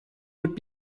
would